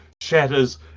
shatters